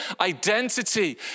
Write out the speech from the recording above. identity